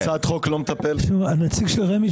הצעת חוק לא מטפלת --- הנציג של רמ"י,